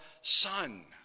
Son